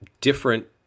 different